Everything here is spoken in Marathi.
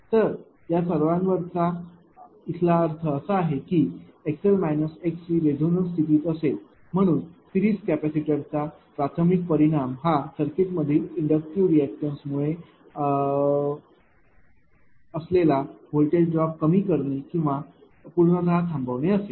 तर या सर्वांवरचा अर्थ इथे असा आहे की xl xc रेझोनन्स स्थितीत असेल म्हणून सिरिज कॅपेसिटरचा प्राथमिक परिणाम हा सर्किटमधील इंडक्टिव्ह रिअॅक्टॅन्स मुळे असलेला व्होल्टेज ड्रॉप कमी करणे किंवा थांबवणे असेल